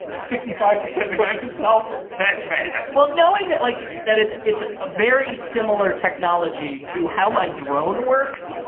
sixty five percent drives itself, that's bad. well, knowing that, like, that it's it's very similar technology to how my drone works,